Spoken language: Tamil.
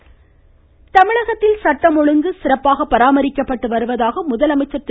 சட்டப்பேரவை தமிழகத்தில் சட்டம் ஒழுங்கு சிறப்பாக பராமரிக்கப்பட்டு வருவதாக முதலமைச்சர் திரு